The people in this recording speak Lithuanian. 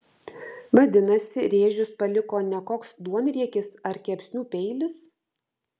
vadinasi rėžius paliko ne koks duonriekis ar kepsnių peilis